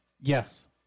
Yes